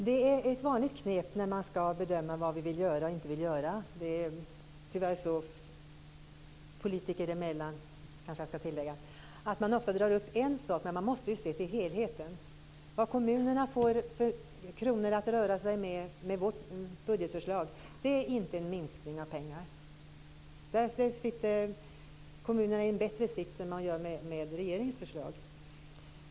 Fru talman! Ett vanligt knep politiker emellan när man skall bedöma vad vi vill göra och inte vill göra är tyvärr att dra upp en sak. Men man måste se till helheten. Hur mycket kommunerna får att röra sig med enligt vårt budgetförslag innebär inte en minskning av pengarna. Med vårt förslag får kommunerna en bättre sits än med regeringens förslag.